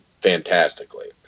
fantastically